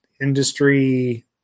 industry